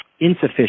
insufficient